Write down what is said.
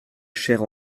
chère